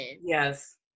Yes